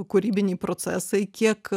kūrybiniai procesai kiek